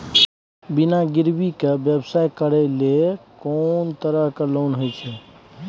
बिना गिरवी के व्यवसाय करै ले कोन तरह के लोन होए छै?